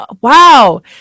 Wow